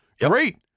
great